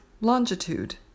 longitude